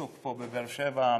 שוק בבאר-שבע,